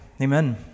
amen